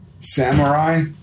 Samurai